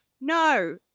No